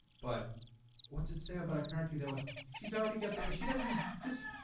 but what's it say about a car key. they were she's already got the guy she doesn't ben just